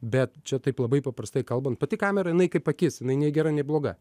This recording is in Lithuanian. bet čia taip labai paprastai kalbant pati kamera jinai kaip akis jinai nei gera nei bloga